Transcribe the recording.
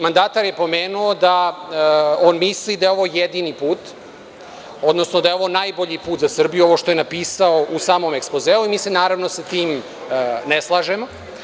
Mandatar je pomenuo da on misli da je ovo jedini put, odnosno da je ovo najbolji put za Srbiju, ovo što je napisao u samom ekspozeu i mi se naravno sa tim ne slažemo.